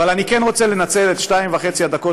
אבל אני כן רוצה לנצל את שתיים וחצי הדקות